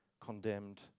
condemned